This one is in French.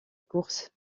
course